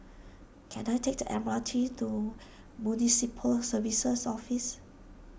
can I take the M R T to Municipal Services Office